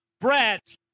Brett